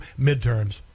midterms